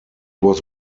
was